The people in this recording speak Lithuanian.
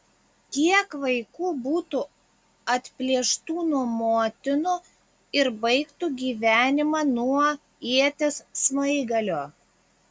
kiek vaikų būtų atplėštų nuo motinų ir baigtų gyvenimą nuo ieties smaigalio